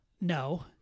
no